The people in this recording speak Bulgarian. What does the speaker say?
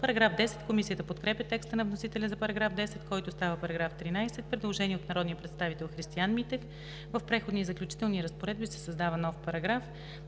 силата си.“ Комисията подкрепя текста на вносителя за § 10, който става § 13. Предложение от народния представител Христиан Митев: „В преходните и заключителните разпоредби се създава нов параграф: